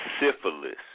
syphilis